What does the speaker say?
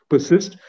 Persist